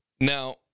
Now